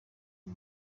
uwo